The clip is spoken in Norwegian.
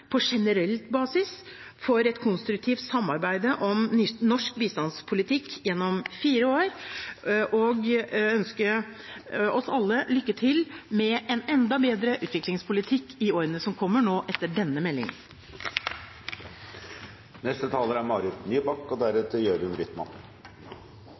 på generell basis for et konstruktivt samarbeid om norsk bistandspolitikk gjennom fire år – og ønske oss alle lykke til med en enda bedre utviklingspolitikk i årene som kommer nå, etter denne